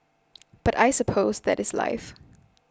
but I suppose that is life